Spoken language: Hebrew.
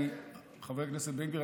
חבר הכנסת בן גביר,